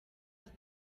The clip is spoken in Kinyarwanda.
gusa